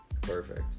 Perfect